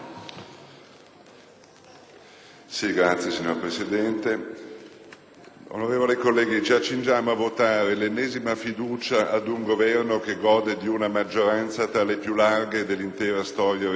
*(PD)*. Signora Presidente, onorevoli colleghi, ci accingiamo a votare l'ennesima fiducia ad un Governo che gode di una maggioranza tra le più larghe dell'intera storia repubblicana: